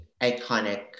iconic